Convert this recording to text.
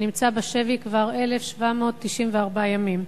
שנמצא בשבי כבר 1,794 ימים.